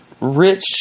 rich